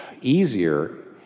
easier